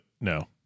No